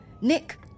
Nick